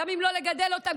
גם אם לא לגדל אותם,